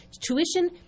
Tuition